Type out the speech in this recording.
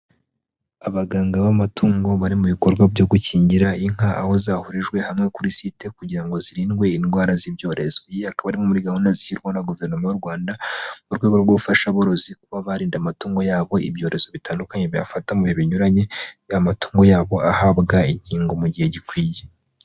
Abaganga b'amatungo bari mu bikorwa byo gukingira inka aho zahurijwe hamwe kuri site kugira ngo zirindwe indwara z'ibyorezo, iyi akaba ari imwe muri gahunda zishyirwa na guverinoma y'u Rwanda mu rwego rwo gufasha aborozi kuba barinda amatungo yabo ibyorezo bitandukanye biyafata mu bihe binyuranye, amatungo yabo ahabwa inkingo mu gihe gikwiye.